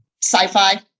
sci-fi